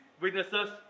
witnesses